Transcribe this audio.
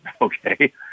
okay